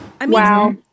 Wow